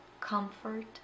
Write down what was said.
comfort